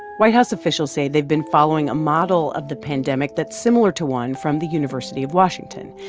white house officials say they've been following a model of the pandemic that's similar to one from the university of washington.